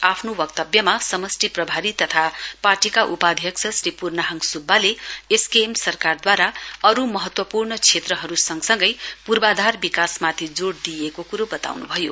आफ्नो वक्तव्यमा समष्टि प्रभारी तथा पार्टीका उपाध्यक्ष श्री पूर्णहाङ सुब्बाले एसकेएम सरकारद्वारा अरू महत्वपूर्ण क्षेत्रहरू सँगसँगै पूर्वाधार विकासमाथि जोड दिएको कुरो बताउनुभयो